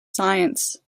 science